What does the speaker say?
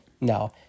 No